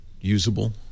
usable